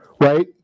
right